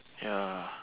ya